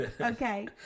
Okay